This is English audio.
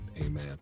Amen